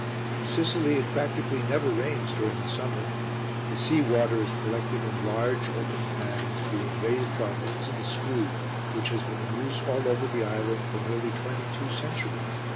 in sicily it practically never rains during the summer the sea water is collected in large, open pans, being raised by means of the screw which has been in use all over the island for nearly twenty-two centuries,